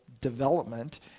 development